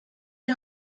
die